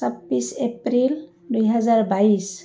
ছাব্বিছ এপ্ৰিল দুহেজাৰ বাইছ